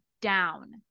down